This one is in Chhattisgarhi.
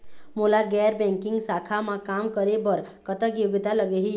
मोला गैर बैंकिंग शाखा मा काम करे बर कतक योग्यता लगही?